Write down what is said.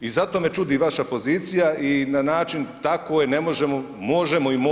I zato me čudi vaša pozicija i na način, tako je, ne možemo, možemo i moramo.